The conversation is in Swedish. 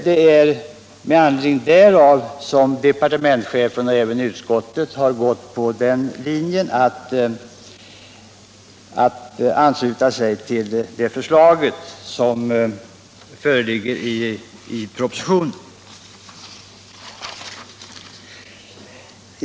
Det är bl.a. med anledning därav som utskottet har anslutit sig till det förslag som departementschefen lägger fram i propositionen.